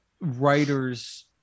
writers